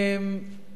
מתייחס,